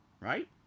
right